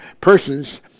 persons